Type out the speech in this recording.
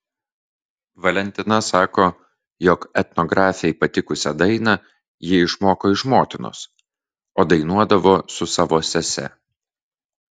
valentina sako jog etnografei patikusią dainą ji išmoko iš motinos o dainuodavo su savo sese